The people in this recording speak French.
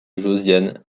josiane